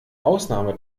ausnahme